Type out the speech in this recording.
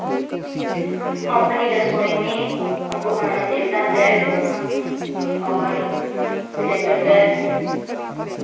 हम अपनी रसोई में इंडक्सन गैस और सिलेंडर गैस